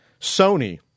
Sony